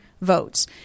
votes